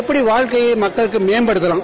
எப்படி வாழ்க்கையை முறைய மக்களுக்கு மேம்படுத்தனும்